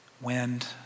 wind